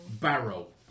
barrel